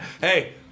Hey